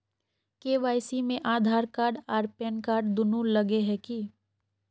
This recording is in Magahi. के.वाई.सी में आधार कार्ड आर पेनकार्ड दुनू लगे है की?